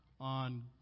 on